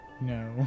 No